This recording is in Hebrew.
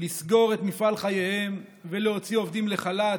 לסגור את מפעל חייהם ולהוציא עובדים לחל"ת,